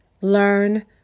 Learn